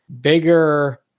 bigger